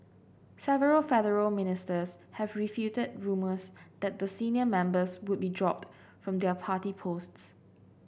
several federal ministers have refuted rumours that the senior members would be dropped from their party posts